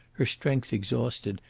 her strength exhausted,